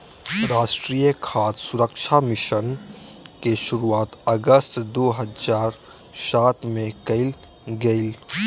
राष्ट्रीय खाद्य सुरक्षा मिशन योजना के शुरुआत अगस्त दो हज़ार सात में कइल गेलय